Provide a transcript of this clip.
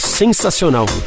sensacional